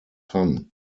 son